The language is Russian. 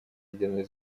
ядерной